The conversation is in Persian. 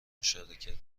مشارکت